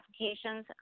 applications